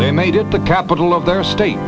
they made it the capital of their state